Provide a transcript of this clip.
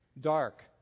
dark